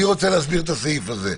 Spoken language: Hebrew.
מי רוצה להסביר את הסעיף הזה?